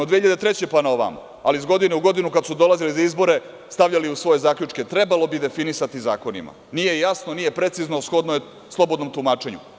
Od 2003. pa na ovamo, ali iz godine u godinu kada su dolazili na izbore, stavljali su u svoje zaključke – trebalo bi definisati zakonima, nije jasno, nije precizno, shodno je slobodnom tumačenju.